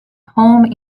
home